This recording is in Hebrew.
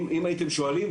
אם הייתם שואלים,